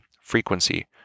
frequency